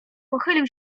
pochylił